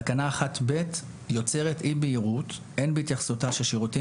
תקנה 1ב יוצרת אי-בהירות הן בהתייחסותה ששירותים